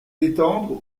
l’étendre